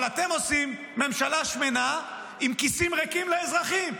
אבל אתם עושים ממשלה שמנה עם כיסים ריקים לאזרחים.